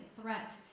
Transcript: threat